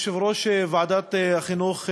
יושב-ראש ועדת החינוך,